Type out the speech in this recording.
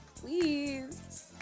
Please